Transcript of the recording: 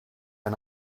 and